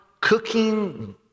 cooking